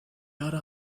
erde